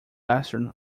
larsen